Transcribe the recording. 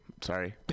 sorry